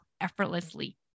effortlessly